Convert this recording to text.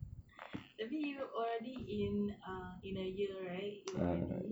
tapi you already in um a year right already